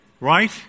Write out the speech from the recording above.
Right